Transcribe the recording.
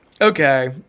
Okay